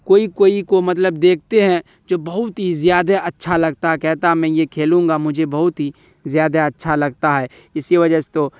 کوئی کوئی کو مطلب دیکھتے ہیں جو بہت ہی زیادہ اچھا لگتا ہے کہتا ہے میں یہ کھیلوں گا مجھے بہت ہی زیادہ اچھا لگتا ہے اسی وجہ سے تو